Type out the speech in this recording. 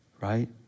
Right